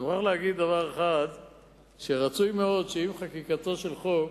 ואני מוכרח להגיד שרצוי מאוד שעם חקיקתו של חוק